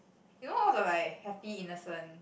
you know all the like happy innocent